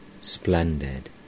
splendid